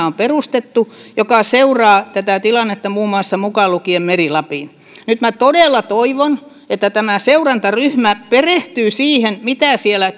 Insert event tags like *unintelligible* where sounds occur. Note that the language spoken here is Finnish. *unintelligible* on perustettu kansallinen koordinaatioryhmä joka seuraa tätä tilannetta muun muassa meri lapissa nyt minä todella toivon että tämä seurantaryhmä perehtyy siihen mitä siellä *unintelligible*